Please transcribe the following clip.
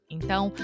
Então